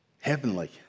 heavenly